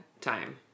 time